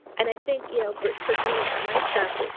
and i think you know for for some of my stuff,